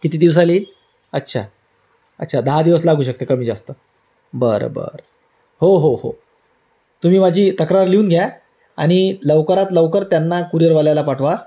किती दिवसात येईल अच्छा अच्छा दहा दिवस लागू शकते कमी जास्त बरं बरं हो हो हो तुम्ही माझी तक्रार लिहून घ्या आणि लवकरात लवकर त्यांना कुरिअरवाल्याला पाठवा